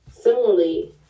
Similarly